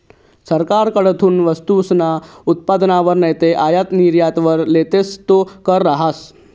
सरकारकडथून वस्तूसना उत्पादनवर नैते आयात निर्यातवर लेतस तो कर रहास